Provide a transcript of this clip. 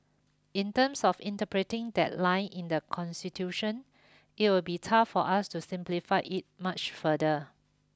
in terms of interpreting that line in the it would be tough for us to simplify it much further